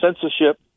censorship